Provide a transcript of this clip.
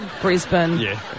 Brisbane